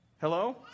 Hello